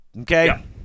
okay